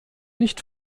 nicht